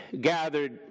gathered